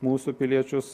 mūsų piliečius